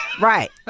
Right